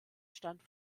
stand